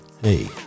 hey